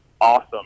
awesome